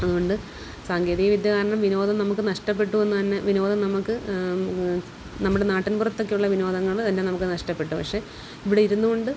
അതുകൊണ്ട് സാങ്കേതികവിദ്യ കാരണം വിനോദം നമുക്ക് നഷ്ടപെട്ടുവെന്ന് തന്നെ വിനോദം നമുക്ക് നമ്മുടെ നാട്ടിൻ പുറത്തൊക്കെയുള്ള വിനോദങ്ങൾ തന്നെ നമുക്ക് നഷ്ടപ്പെട്ടു പക്ഷേ ഇവിടെ ഇരുന്നുകൊണ്ട്